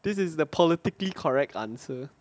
this is the politically correct answer